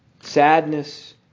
Sadness